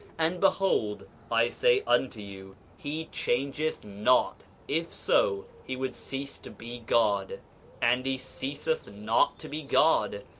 and behold, i say unto you he changeth not if so he would cease to be god and he ceaseth not to be god,